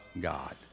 God